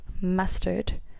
mustard